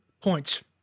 points